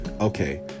Okay